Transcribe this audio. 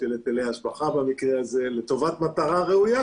של היטלי השבחה במקרה הזה - לטובת מטרה ראויה,